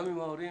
גם עם ההורים,